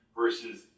versus